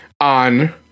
on